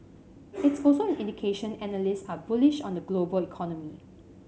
it's also an indication analysts are bullish on the global economy